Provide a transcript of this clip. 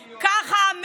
ככה,